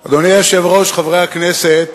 חבר הכנסת